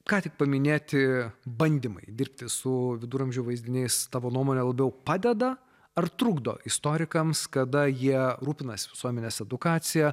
ką tik paminėti bandymai dirbti su viduramžių vaizdiniais tavo nuomone labiau padeda ar trukdo istorikams kada jie rūpinasi visuomenės edukacija